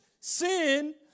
sin